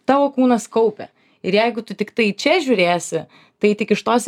tavo kūnas kaupia ir jeigu tu tiktai čia žiūrėsi tai tik iš tos